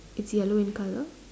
it's yellow in colour